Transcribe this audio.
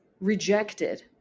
rejected